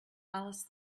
alice